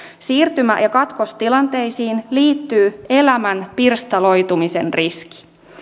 siirtymä ja katkostilanteisiin liittyy elämän pirstaloitumisen riski